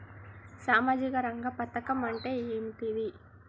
సామాజిక రంగ పథకం అంటే ఏంటిది?